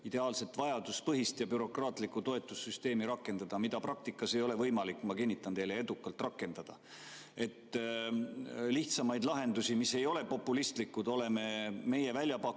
sellist vajaduspõhist ja bürokraatlikku toetussüsteemi rakendada, mida praktikas ei ole võimalik, ma kinnitan teile, edukalt rakendada. Lihtsamaid lahendusi, mis ei ole populistlikud, oleme meie välja